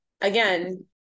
again